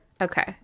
Okay